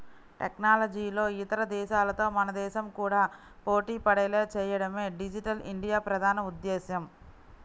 టెక్నాలజీలో ఇతర దేశాలతో మన దేశం కూడా పోటీపడేలా చేయడమే డిజిటల్ ఇండియా ప్రధాన ఉద్దేశ్యం